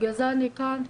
ובגלל זה אני כאן.